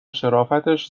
شرافتش